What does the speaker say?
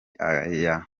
aya